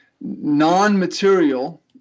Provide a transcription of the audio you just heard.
non-material